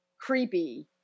creepy